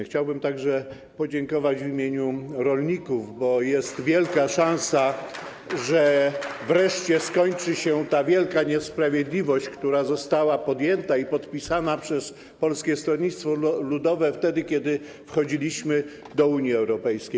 Chciałbym także podziękować w imieniu rolników, bo jest wielka szansa, że wreszcie skończy się ta wielka niesprawiedliwość, która została podjęta i podpisana przez Polskie Stronnictwo Ludowe, kiedy wchodziliśmy do Unii Europejskiej.